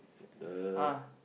the